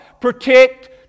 Protect